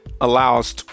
allows